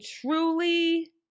truly